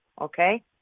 Okay